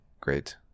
great